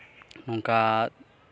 ᱱᱚᱝᱠᱟ